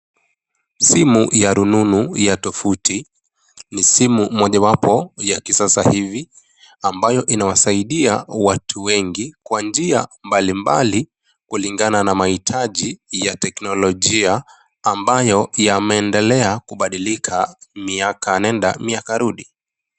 Simu ya rununu ya tovuti ni simu moja yapo ya kisasa hivi ambayo inawasaidia watu wengi kwa njia mbali mbali kulingana na mahitaji ya teknolojia ambayo yameendelea kubadilika miaka nenda miaka Rudi.